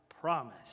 promise